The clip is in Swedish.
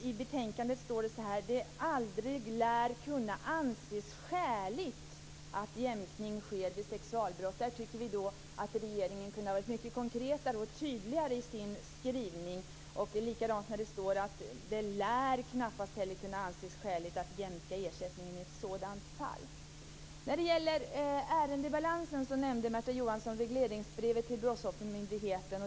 I betänkandet står det: Det aldrig lär kunna anses skäligt att jämkning sker vid sexualbrott. Där tycker vi att utskottet hade kunnat vara mycket mer konkret och tydligt i sin skrivning. Detsamma gäller när det står: Det lär knappast heller kunna anses skäligt att jämka ersättningen i ett sådant fall. När det gäller ärendebalansen nämnde Märta Johansson regleringsbrevet till Brottsoffermyndigheten.